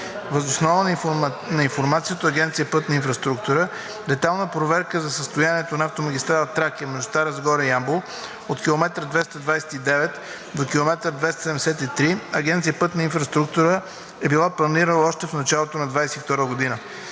въз основа на информацията от Агенция „Пътна инфраструктура“ детайлна проверка за състоянието на автомагистрала „Тракия“ между Стара Загора и Ямбол от км 229 до км 273 Агенция „Пътна инфраструктура“ е била планирана още в началото на 2022 г.